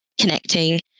connecting